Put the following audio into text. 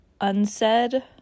unsaid